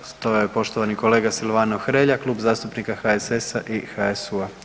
To je poštovani kolega Silvano Hrelja, Klub zastupnika HSS-a i HSU-a.